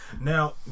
Now